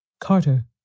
Carter